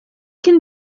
can